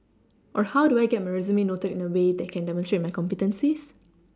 or how do I get my resume noted in a way that can demonstrate my competencies